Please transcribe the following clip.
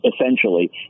essentially